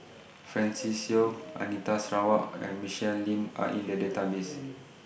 Francis Seow Anita Sarawak and Michelle Lim Are in The Database